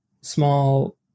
small